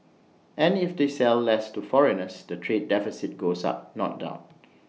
and if they sell less to foreigners the trade deficit goes up not down